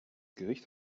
gericht